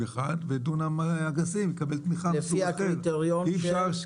אחד ודונם אגסים יקבל תמיכה מסוג אחר,